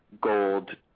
gold